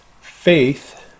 faith